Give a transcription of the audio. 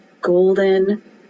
golden